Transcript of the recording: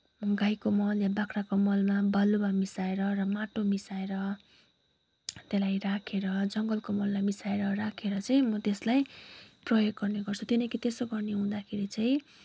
गाईको मल या बाख्राको मलमा बालुवा मिसाएर र माटो मिसाएर त्यसलाई राखेर जङ्गलको मललाई मिसाएर राखेर चाहिँ म त्यसलाई प्रयोग गर्ने गर्छु किनकि त्यसो गर्ने हुँदाखेरि चाहिँ